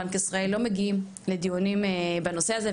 בנק ישראל לא מגיעים לדיונים בנושא הזה,